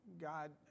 God